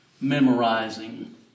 memorizing